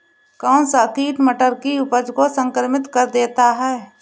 कौन सा कीट मटर की उपज को संक्रमित कर देता है?